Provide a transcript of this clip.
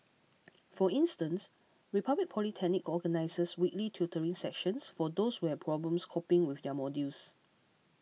for instance Republic Polytechnic organises weekly tutoring sessions for those who have problems coping with their modules